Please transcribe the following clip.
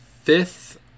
fifth